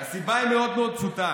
הסיבה היא מאוד מאוד פשוטה: